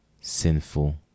sinful